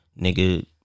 Nigga